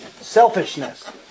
Selfishness